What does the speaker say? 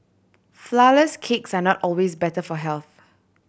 flourless cakes are not always better for health